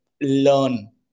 learn